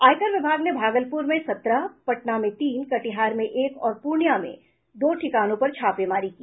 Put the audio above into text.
आयकर विभाग ने भागलपुर में सत्रह पटना में तीन कटिहार में एक और पूर्णिया में दो ठिकानों पर छापेमारी की